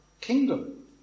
kingdom